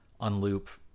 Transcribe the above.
unloop